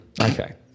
Okay